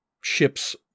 ships